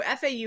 FAU